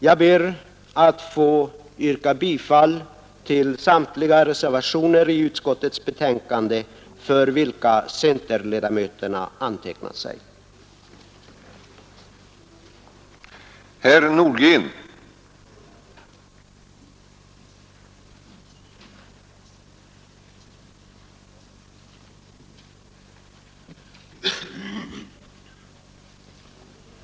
Jag ber att få yrka bifall till samtliga de reservationer vid utskottets betänkande för vilka centerledamöterna antecknat sig, nämligen reservationerna 4, 5, 6, 7, 8, 9, 10 och 12.